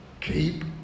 Keep